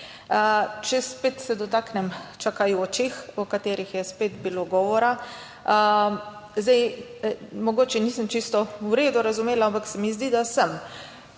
Če spet se dotaknem čakajočih, o katerih je spet bilo govora. Zdaj mogoče nisem čisto v redu razumela, ampak se mi zdi, da sem.